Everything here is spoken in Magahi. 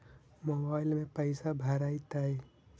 मोबाईल में पैसा भरैतैय?